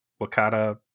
wakata